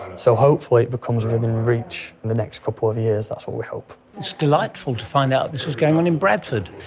so hopefully it becomes within reach in the next couple of years, that's what we hope. it's delightful to find out this is going on in bradford.